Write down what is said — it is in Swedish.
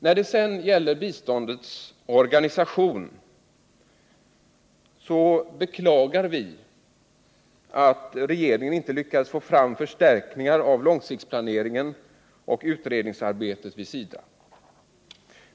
När det sedan gäller biståndets organisation beklagar vi att regeringen inte lyckades få fram förstärkningar av långsiktsplaneringen och utredningsarbetet vid SIDA.